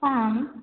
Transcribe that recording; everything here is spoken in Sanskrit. आम्